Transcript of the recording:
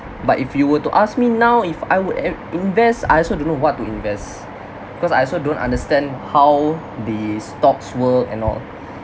but if you were to ask me now if I would inv~ invest I also don't know what to invest cause I also don't understand how the stocks work and all